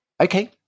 Okay